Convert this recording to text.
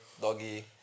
doggy